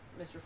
Mr